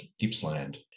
Gippsland